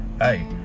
hey